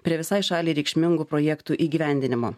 prie visai šaliai reikšmingų projektų įgyvendinimo